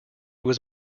was